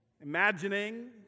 Imagining